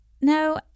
No